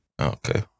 Okay